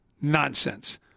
Nonsense